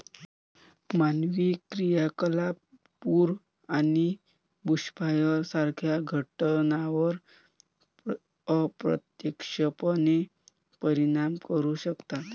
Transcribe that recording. मानवी क्रियाकलाप पूर आणि बुशफायर सारख्या घटनांवर अप्रत्यक्षपणे परिणाम करू शकतात